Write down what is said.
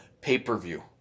pay-per-view